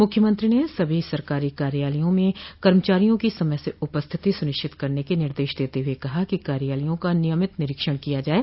मूख्यमंत्री ने सभी सरकारो कार्यालयों में कर्मचारियों की समय से उपस्थिति सुनिश्चित करने के निर्देश देते हुए कहा कि कार्यालयों का नियमित निरीक्षण किया जाये